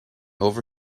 over